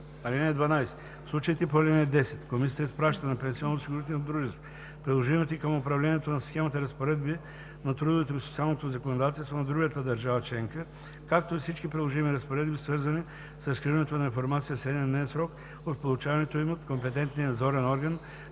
(12) В случаите по ал. 10 комисията изпраща на пенсионноосигурителното дружество приложимите към управлението на схемата разпоредби на трудовото и социалното законодателство на другата държава членка, както и всички приложими разпоредби, свързани с разкриването на информация, в 7-дневен срок от получаването им от компетентния надзорен орган